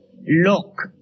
Look